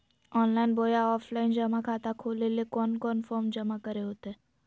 Online बोया offline जमा खाता खोले ले कोन कोन फॉर्म जमा करे होते?